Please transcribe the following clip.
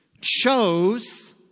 chose